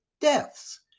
deaths